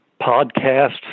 podcasts